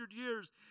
years